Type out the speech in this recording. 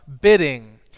bidding